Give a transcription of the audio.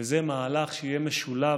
וזה מהלך שיהיה משולב,